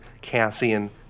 Cassian